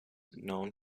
known